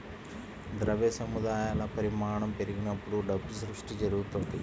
ద్రవ్య సముదాయాల పరిమాణం పెరిగినప్పుడు డబ్బు సృష్టి జరుగుతది